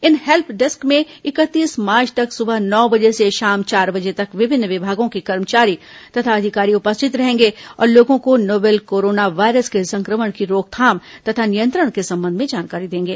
इन help desk में इकतीस March तक सुबह नौ बजे से शाम चार बजे तक विभिन्न विभागों के कर्मचारी तथा अधिकारी उपस्थित रहेंगे और लोगों को नोवल कोरोना वायरस के संक्रमण की रोकथाम तथा नियंत्रण के संबंध में जानकारी देंगे